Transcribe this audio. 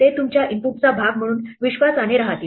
ते तुमच्या इनपुटचा भाग म्हणून विश्वासाने राहतील